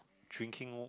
drinking